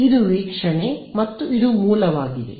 ಇದು ವೀಕ್ಷಣೆ ಮತ್ತು ಇದು ಮೂಲವಾಗಿದೆ